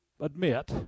admit